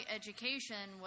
education